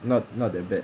not not that bad